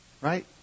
Right